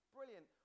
Brilliant